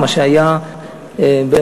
מה שהיה בחיפה,